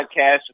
podcast